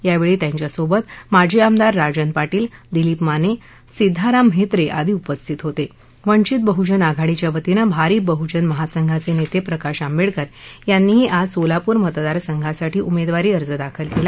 यावछी त्यांच्या सोबत माजी आमदार राजन पाटील दिलीप माना सिध्दाराम म्हानाआदी उपस्थित होतबेचित बहुजन आघाडीच्या वतीनं भारीप बहुजन महासंघाचनित्त प्रकाश आंबडक्कर यांनीही आज सोलापूर मतदारसंघांसाठी उमद्वारी अर्ज दाखल क्ला